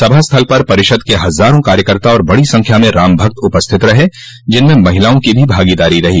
सभा स्थल पर परिषद के हजारों कार्यकर्ता और बड़ी संख्या में राम भक्त उपस्थित रहे जिसम महिलाओं की भी भागीदारी रही